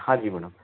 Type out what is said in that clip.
हाँ जी मैडम